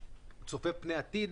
צופה פני עתיד